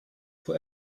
but